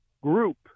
group